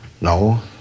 No